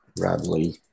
Radley